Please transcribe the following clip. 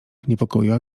niepokoiła